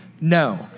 No